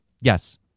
Yes